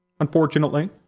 unfortunately